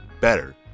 better